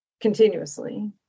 continuously